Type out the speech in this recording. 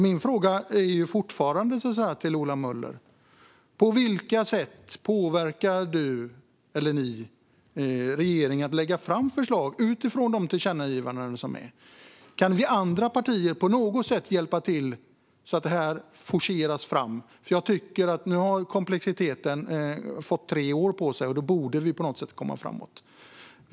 Min fråga till Ola Möller är fortfarande: På vilka sätt påverkar ni regeringen att lägga fram förslag utifrån de tillkännagivanden som finns? Kan vi andra partier på något sätt hjälpa till så att det forceras fram? Nu har komplexiteten fått tre år på sig. Då borde vi på något sätt komma framåt.